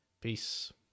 Peace